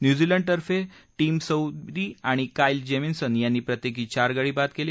न्युझिलंडतफें Tim Southee आणि Kyle Jamieson यांनी प्रत्येकी चार गडी बाद केले